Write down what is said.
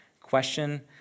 question